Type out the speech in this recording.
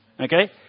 Okay